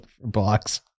blocks